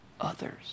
others